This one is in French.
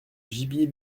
gibier